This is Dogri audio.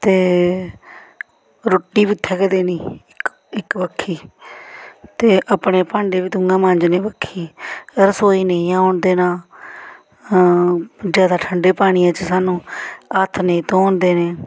ते रुट्टी बी उत्थै गै देनी इक इक बक्खी ते अपने भांडे बी तूं गै मांजने बक्खी रसोई नेईं औन देना जैदा ठंडे पानी च सानूं हत्थ नेईं धोन देने